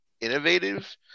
innovative